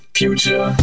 future